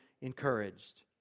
encouraged